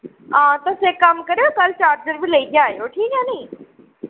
हां तुस इक कम्म करेओ कल्ल चार्जर बी लेइयै आएओ ठीक ऐ निं